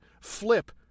flip